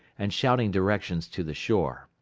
and shouting directions to the shore.